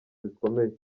bikomeye